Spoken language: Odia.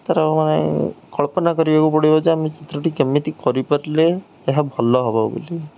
ତା'ର ମାନେ କଳ୍ପନା କରିବାକୁ ପଡ଼ିବ ଯେ ଆମେ ଚିତ୍ରଟି କେମିତି କରିପାରିଲେ ଏହା ଭଲ ହେବ ବୋଲି